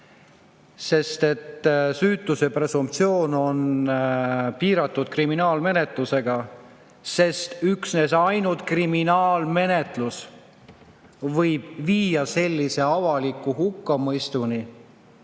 lõikes 2. Süütuse presumptsioon on piiratud kriminaalmenetlusega, sest üksnes, ainult kriminaalmenetlus võib viia sellise avaliku hukkamõistuni,